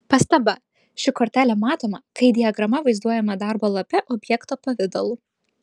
pastaba ši kortelė matoma kai diagrama vaizduojama darbo lape objekto pavidalu